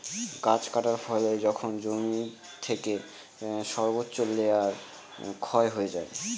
গাছ কাটার ফলে যখন জমি থেকে সর্বোচ্চ লেয়ার ক্ষয় হয়ে যায়